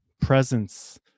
presence